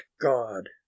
God